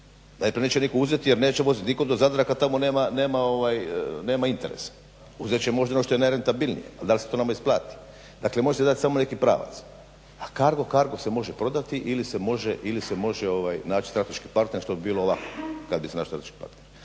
Najprije neće nitko uzeti jer neće nitko vozit do Zadra kad tamo nema interesa. Uzet će možda ono što je najrentabilnije. Pa da li se to nama isplati? Dakle, može se dati samo neki pravac. A CARGO? CARGO se može prodati ili se može naći strateški partner što bi bilo lako kad bi se našao strateški partner.